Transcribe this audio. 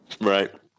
Right